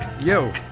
Yo